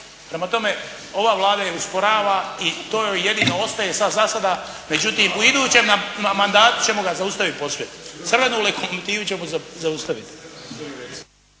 Prema tome, ova Vlada je usporava i to joj jedino ostaje sad za sada. Međutim, u idućem mandatu ćemo ga zaustaviti posve. Crvenu lokomotivu ćemo zaustavit.